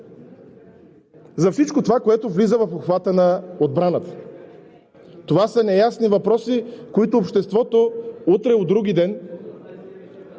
за всичко това, което влиза в обхвата на отбраната? Това са неясни въпроси, които обществото утре, вдругиден